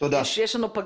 אני אהיה לארג'ית.